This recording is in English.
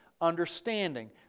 understanding